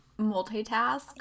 multitask